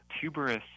tuberous